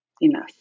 enough